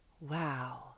wow